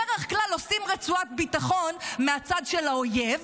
בדרך כלל עושים רצועת ביטחון מהצד של האויב.